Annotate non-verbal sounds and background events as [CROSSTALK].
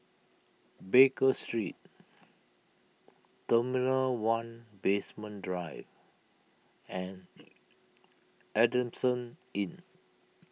Baker Street Terminal one Basement Drive and [NOISE] Adamson Inn